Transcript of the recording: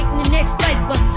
next cypher.